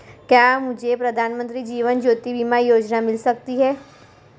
क्या मुझे प्रधानमंत्री जीवन ज्योति बीमा योजना मिल सकती है?